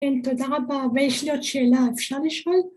כן, תודה רבה. ויש לי עוד שאלה, אפשר לשאול?